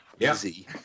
easy